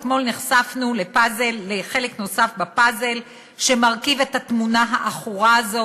אתמול נחשפנו לחלק נוסף בפאזל שמרכיב את התמונה העכורה הזאת,